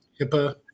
HIPAA